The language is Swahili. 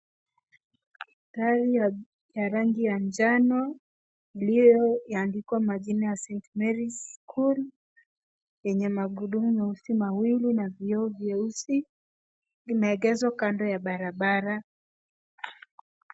Gari ya rangi ya njano iliyoandikwa majina ya St. Mary's School yenye magurudumu meusi mawili na vioo vyeusi imeegezwa kando ya barabara.